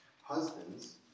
Husbands